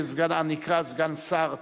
הנקרא סגן שר,